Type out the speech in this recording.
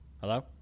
Hello